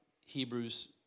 Hebrews